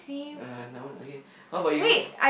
uh nevermind okay how ~bout you